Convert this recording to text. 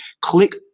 click